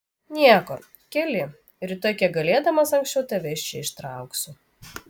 nieko keli rytoj kiek galėdamas anksčiau tave iš čia ištrauksiu